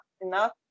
enough